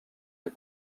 les